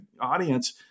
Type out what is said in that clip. audience